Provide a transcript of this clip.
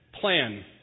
plan